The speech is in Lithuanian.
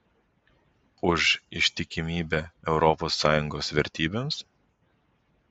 už ištikimybę europos sąjungos vertybėms